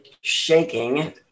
shaking